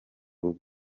rugo